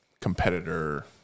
competitor